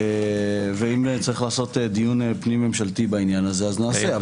ואם צריך לעשות דיון פנים ממשלתי בעניין הזה אז נעשה,